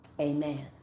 Amen